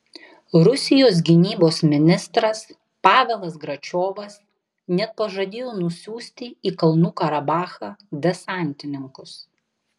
rusijos gynybos ministras pavelas gračiovas net pažadėjo nusiųsti į kalnų karabachą desantininkus